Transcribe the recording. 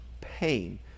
pain